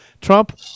Trump